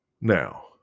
Now